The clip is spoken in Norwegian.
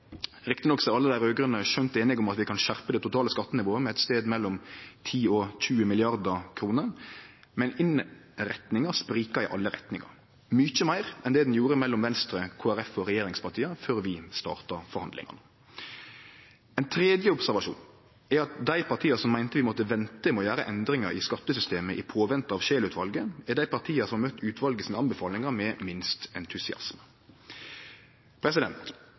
Riktig nok er alle dei raud-grøne skjønt einige om at vi kan skjerpe det totale skattenivået med ein stad mellom 10 og 20 mrd. kr, men innretninga sprikjer i alle retningar – mykje meir enn det ho gjorde mellom Venstre, Kristeleg Folkeparti og regjeringspartia før vi starta forhandlingane. Ein tredje observasjon er at dei partia som meinte vi måtte vente med å gjere endringar i skattesystemet i påvente av Scheel-utvalet, er dei partia som har møtt utvalet sine anbefalingar med minst entusiasme.